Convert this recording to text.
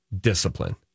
discipline